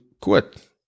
quit